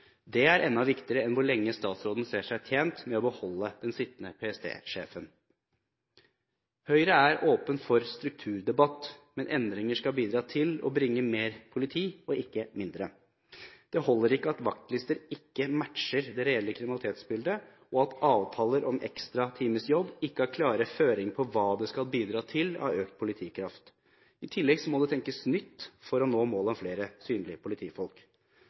Det er enda viktigere enn hvor lenge statsråden ser seg tjent med å beholde den sittende PST-sjefen. Høyre er åpen for strukturdebatt, men endringer skal bidra til å bringe mer politi, og ikke mindre. Det holder ikke at vaktlister ikke matcher det reelle kriminalitetsbildet, og at avtaler om en ekstra times jobb ikke har klare føringer for hva det skal bidra til av økt politikraft. I tillegg må det tenkes nytt for å nå målet om flere synlige politifolk.